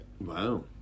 Wow